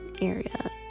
area